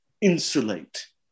insulate